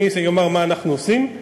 אני אומר מה אנחנו עושים,